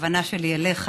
והכוונה שלי אליך,